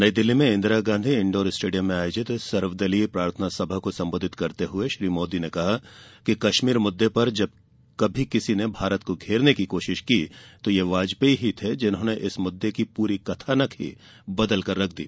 नई दिल्ली में Indira Gandhi indoor stadium में आयोजित सर्वदलीय प्रार्थना सभा को संबोधित करते हुए श्री मोदी ने कहा कि कश्मीर मुद्दे पर जब कभी किसी ने भारत को घेरने की कोशिश की तो ये वाजपेयी ही थे जिन्होंने इस मुद्दे की पूरी कथानक ही बदल कर रख दी